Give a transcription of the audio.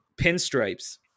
Pinstripes